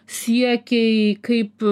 siekiai kaip